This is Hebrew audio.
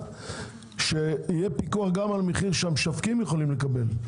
באמצע: שיהיה פיקוח על המחיר שהמשווקים וגם הקמעונאים יכולים לקבל.